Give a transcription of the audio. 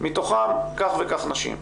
מתוכם כך וכך נשים.